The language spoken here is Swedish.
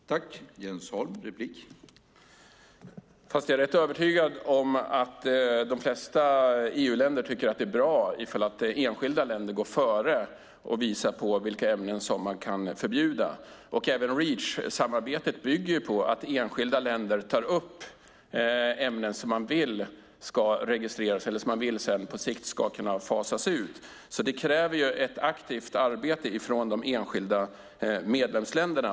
Herr talman! Fast jag är rätt övertygad om att de flesta EU-länder tycker att det är bra om enskilda länder går före och visar på vilka ämnen man kan förbjuda. Och även Reachsamarbetet bygger på att enskilda länder tar upp ämnen som man på sikt vill ska kunna fasas ut. Det kräver ett aktivt arbete från de enskilda medlemsländerna.